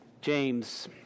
James